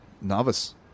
Novice